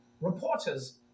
reporters